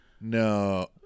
No